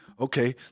okay